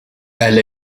elle